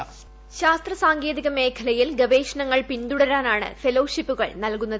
ി വോയിസ് ശാസ്ത്ര സാങ്കേതിക മേഖലയിൽ ഗ്രവേഷണങ്ങൾ പിന്തുടരാനാണ് ഫെല്ലോഷിപ്പുകൾ നൽകുന്നത്